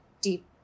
deep